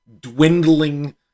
dwindling